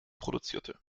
produzierte